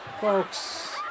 Folks